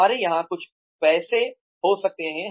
हमारे यहाँ कुछ पैसे हो सकते हैं